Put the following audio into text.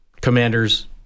commanders